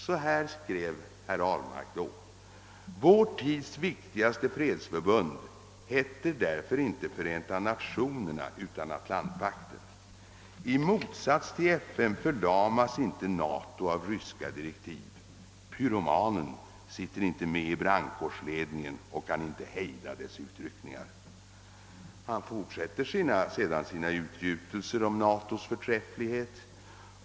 Så här skrev herr Ahlmark då: »Vår tids viktigaste fredsförbund heter därför inte Förenta Nationerna utan Atlantpakten. I motsats till FN förlamas inte NATO av ryska direktiv. Pyromanen sitter inte med i brandkårsledningen och kan inte hejda dess utryckningar.» Herr Ahlmark fortsätter sedan sina utgjutelser om NATO:s förträfflighet.